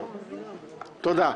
תודה.